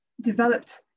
developed